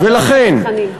ואני אומַר: אכן,